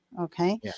okay